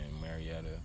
Marietta